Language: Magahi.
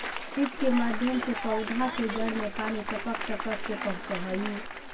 ड्रिप के माध्यम से पौधा के जड़ में पानी टपक टपक के पहुँचऽ हइ